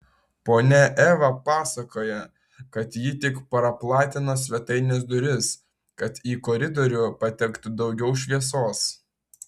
ponia eva pasakoja kad ji tik praplatino svetainės duris kad į koridorių patektų daugiau šviesos